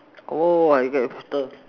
oh I get your tractor